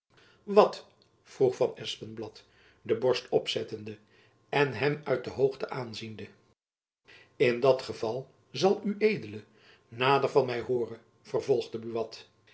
wat vroeg van espenblad de borst opzettende en hem uit de hoogte aanziende in dat geval zal ued nader van my hooren vervolgde buat